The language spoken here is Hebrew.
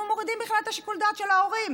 אנחנו מורידים בכלל את שיקול הדעת של ההורים,